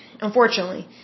unfortunately